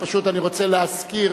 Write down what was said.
פשוט אני רוצה להזכיר